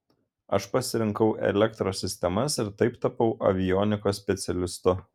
aš pasirinkau elektros sistemas ir taip tapau avionikos specialistu